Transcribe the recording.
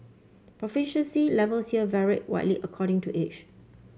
proficiency levels here varied widely according to age